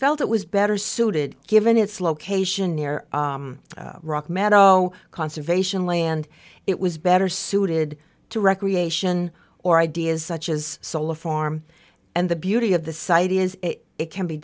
felt it was better suited given its location near rock meadow conservation land it was better suited to recreation or ideas such as solar farm and the beauty of the site is it can be